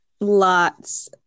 lots